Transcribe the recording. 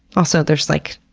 also, there's like,